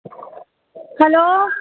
hello